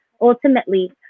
ultimately